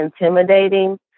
intimidating